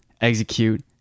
execute